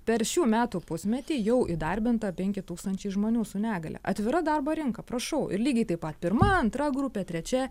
per šių metų pusmetį jau įdarbinta penki tūkstančiai žmonių su negalia atvira darbo rinka prašau lygiai taip pat pirma antra grupė trečia